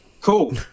Cool